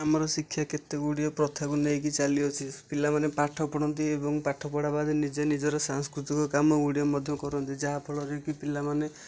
ଆମର ଶିକ୍ଷା କେତେ ଗୁଡ଼ିଏ ପ୍ରଥାକୁ ନେଇକି ଚାଲିଅଛି ପିଲାମାନେ ପାଠ ପଢ଼ନ୍ତି ଏବଂ ପାଠ ପଢ଼ା ବାଦ ନିଜେ ନିଜର ସାଂସ୍କୃତିକ କାମ ଗୁଡ଼ିଏ ମଧ୍ୟ କରନ୍ତି ଯାହା ଫଳରେ କି ପିଲାମାନେ